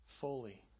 fully